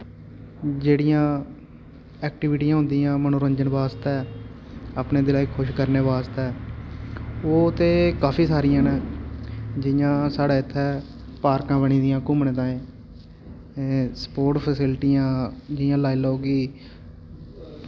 जेह्ड़ियां एक्टिविटियां होंदियां मनोरंजन बास्तै अपने दिला गी खुश करने बास्तै ओह् ते काफी सारियां न जि'यां साढ़े इत्थै पार्कां बनी दियां घुम्मने ताईं स्पोर्ट्स फैसिलिटियां जि'यां लाई लाओ कि